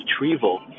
retrieval